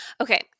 Okay